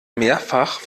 mehrfach